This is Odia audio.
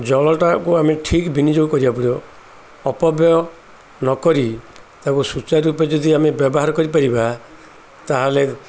ଜଳଟାକୁ ଆମେ ଠିକ୍ ବିନିଯୋଗ କରିବାକୁ ପଡ଼ିବ ଅପବ୍ୟୟ ନକରି ତାକୁ ସୂଚାର ରୂପେ ଯଦି ଆମେ ବ୍ୟବହାର କରିପାରିବା ତା'ହେଲେ